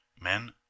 Men